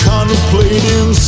Contemplating